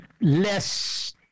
less